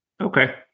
Okay